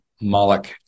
Moloch